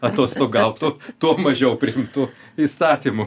atostogautų tuo mažiau priimtų įstatymų